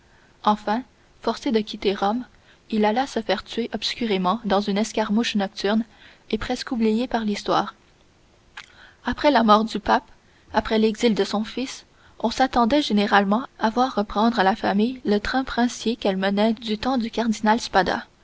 enfin forcé de quitter rome il alla se faire tuer obscurément dans une escarmouche nocturne et presque oubliée par l'histoire après la mort du pape après l'exil de son fils on s'attendait généralement à voir reprendre à la famille le train princier qu'elle menait du temps du cardinal spada